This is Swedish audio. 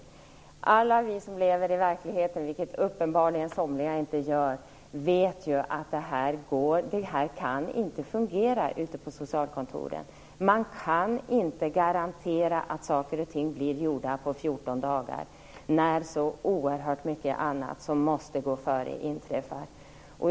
Alla vi som lever i verkligheten - vilket somliga uppenbarligen inte gör - vet ju att det här inte kan fungera ute på socialkontoren. Man kan inte garantera att saker och ting blir gjorda på 14 dagar, när så oerhört mycket annat inträffar som måste gå före.